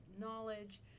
knowledge